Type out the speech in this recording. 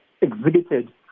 exhibited